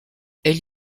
elle